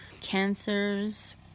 cancers